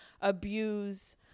abuse